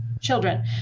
Children